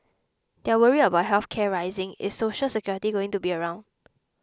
they're worried about health care rising is Social Security going to be around